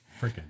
freaking